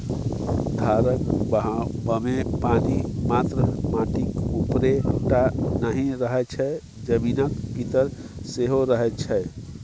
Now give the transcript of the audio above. धारक बहावमे पानि मात्र माटिक उपरे टा नहि रहय छै जमीनक भीतर सेहो रहय छै